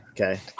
Okay